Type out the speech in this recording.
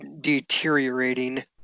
deteriorating